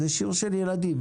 זה שיר של ילדים.